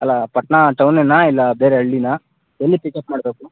ಅಲ್ಲಾ ಪಟ್ಟಣ ಟೌನೆನ್ನ ಇಲ್ಲ ಬೇರೆ ಹಳ್ಳಿಯ ಎಲ್ಲಿ ಪಿಕಪ್ ಮಾಡಬೇಕು